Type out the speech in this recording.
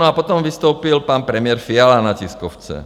A potom vystoupil pan premiér Fiala na tiskovce.